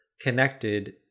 connected